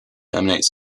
terminus